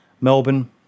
Melbourne